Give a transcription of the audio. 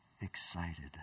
excited